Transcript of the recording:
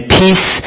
peace